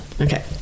Okay